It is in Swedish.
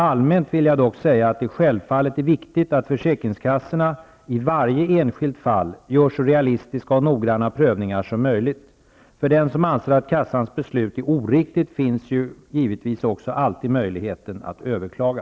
Allmänt vill jag dock säga att det självfallet är viktigt att försäkringskassorna -- i varje enskilt fall -- gör så realistiska och noggranna prövningar som möjligt. För den som anser att kassans beslut är oriktigt finns ju givetvis också alltid möjligheten att överklaga.